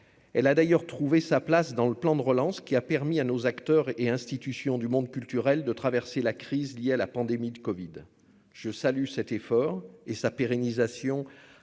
elle a d'ailleurs trouvé sa place dans le plan de relance qui a permis à nos acteurs et institutions du monde culturel de traverser la crise liée à la pandémie de Covid je salue cet effort et sa pérennisation